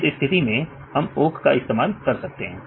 इस स्थिति में हम ओक के इस्तेमाल कर सकते हैं